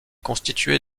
constitué